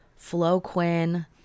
Floquin